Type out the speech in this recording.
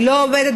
היא לא עובדת,